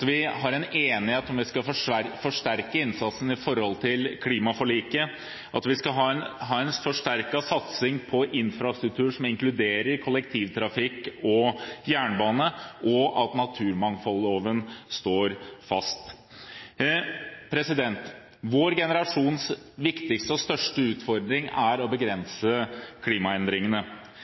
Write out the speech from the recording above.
vi skal forsterke innsatsen med tanke på klimaforliket, at vi skal ha en forsterket satsing på infrastruktur som inkluderer kollektivtrafikk og jernbane, og at naturmangfoldloven står fast. Vår generasjons viktigste og største utfordring er å begrense klimaendringene.